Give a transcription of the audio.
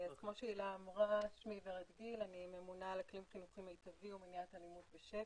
אני ממונה על אקלים חינוכי מיטבי ומניעת אלימות בשפ"י.